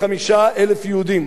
לומדים במוסדותינו,